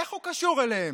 איך הוא קשור אליהם?